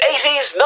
80s